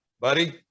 Buddy